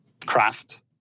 craft